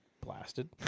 blasted